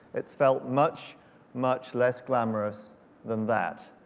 it's felt much much less glamorous than that.